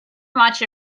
much